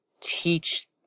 teach